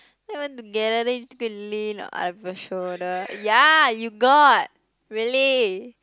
not even together then you go and lean on other people shoulder ya you got really